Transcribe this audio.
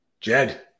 Jed